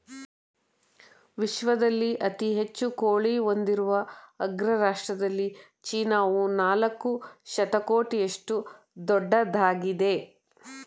ವಿಶ್ವದಲ್ಲಿ ಅತಿ ಹೆಚ್ಚು ಕೋಳಿ ಹೊಂದಿರುವ ಅಗ್ರ ರಾಷ್ಟ್ರದಲ್ಲಿ ಚೀನಾವು ನಾಲ್ಕು ಶತಕೋಟಿಯಷ್ಟು ದೊಡ್ಡದಾಗಿದೆ